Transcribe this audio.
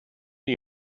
new